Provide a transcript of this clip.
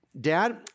dad